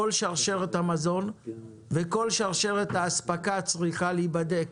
כל שרשרת המזון וכל שרשרת ההספקה צריכות להיבדק